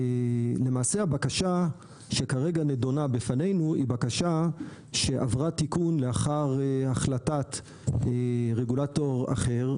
הבקשה שכרגע נידונה בפנינו עברה תיקון לאחר החלטת רגולטור אחר,